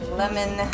lemon